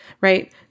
right